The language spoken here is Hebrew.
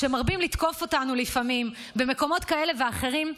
שמרבים לתקוף אותנו לפעמים במקומות כאלה ואחרים,